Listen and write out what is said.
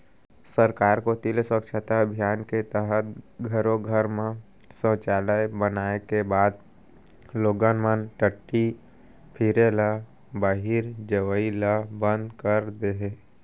सरकार कोती ले स्वच्छता अभियान के तहत घरो घर म सौचालय बनाए के बाद लोगन मन टट्टी फिरे ल बाहिर जवई ल बंद कर दे हें